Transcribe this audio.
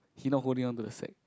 he not holding on to the sack